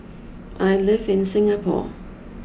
I live in Singapore